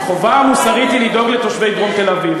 החובה המוסרית היא לדאוג לתושבי דרום תל-אביב.